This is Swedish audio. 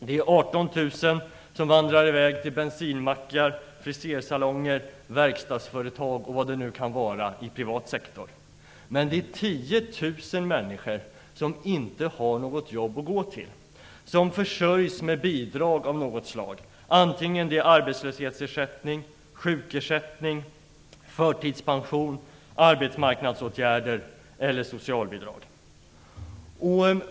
Det är 18 000 som vandrar i väg till bensinmackar, frisersalonger, verkstadsföretag och vad det kan vara i privat sektor. Men det är 10 000 människor som inte har något jobb att gå till, som försörjs med bidrag av något slag, antingen arbetslöshetsersättning, sjukersättning, förtidspension, arbetsmarknadsåtgärder eller socialbidrag.